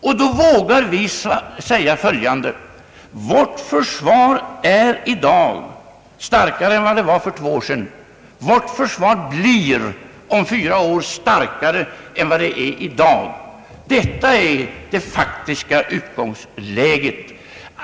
Vi vågar därför säga följande: Vårt försvar är i dag starkare än det var för två år sedan, och om fyra år blir det starkare än det är i dag. Det är det faktiska utgångsläget.